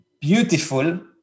beautiful